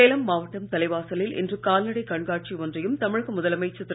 சேலம் மாவட்டம் தலைவாசலில் இன்று கால்நடை கண்காட்சி ஒன்றையும் தமிழக முதலமைச்சர் திரு